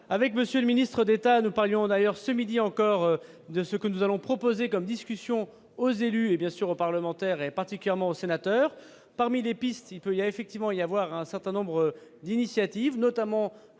avec monsieur le ministre d'État, nous parlions d'ailleurs ce midi encore de ce que nous allons proposer comme discussion aux élus et bien sûr aux parlementaires, et particulièrement aux sénateurs, parmi les pistes il peut il y a, effectivement, il y avoir un certain nombre d'initiatives notamment.